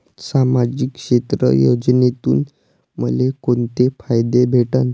सामाजिक क्षेत्र योजनेतून मले कोंते फायदे भेटन?